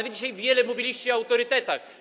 Wy dzisiaj wiele mówiliście o autorytetach.